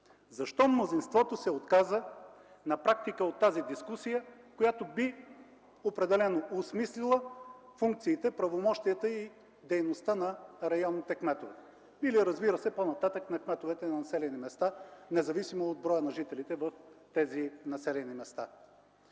Защо мнозинството на практика се отказа от тази дискусия, която определено би осмислила функциите, правомощията и дейността на районните кметове или разбира се по-нататък на кметовете на населени места, независимо от броя на жителите в тях. Както и мнозина